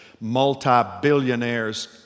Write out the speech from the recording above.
multi-billionaires